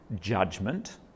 judgment